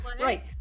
Right